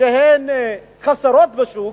חסרות בשוק,